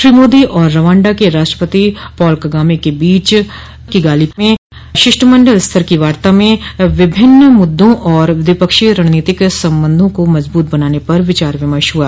श्री मोदी और रवांडा के राष्ट्रपति पॉल कगामे के बीच किगाली में शिष्टमंडल स्तर की वार्ता में विभिन्न मुद्दों और द्विपक्षीय रणनीतिक संबंधों को मजबूत बनाने पर विचार विमर्श हुआ